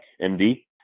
MD